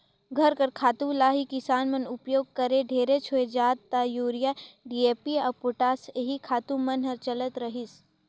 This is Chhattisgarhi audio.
घर कर खातू ल ही किसान मन उपियोग करें ढेरेच होए जाए ता यूरिया, डी.ए.पी अउ पोटास एही खातू मन हर चलत रहिस